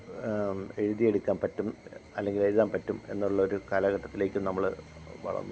എഴുതിയെടുക്കാന് പറ്റും അല്ലെങ്കിൽ എഴുതാന് പറ്റും എന്നൊള്ള ഒരു കാലഘട്ടത്തിലേയ്ക്ക് നമ്മള് വളര്ന്നു